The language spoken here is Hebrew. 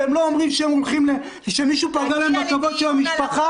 שהם לא אומרים שמישהו פגע להם בכבוד של המשפחה?